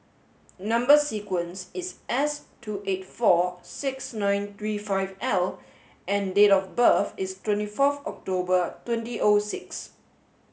number sequence is S two eight four six nine three five L and date of birth is twenty four October two O six